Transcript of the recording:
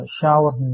shower